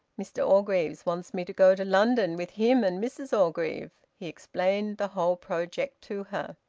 mr orgreave wants me to go to london with him and mrs orgreave. he explained the whole project to her.